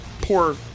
poor